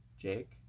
Jake